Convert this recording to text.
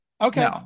Okay